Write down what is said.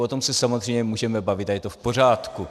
O tom se samozřejmě můžeme bavit a je to v pořádku.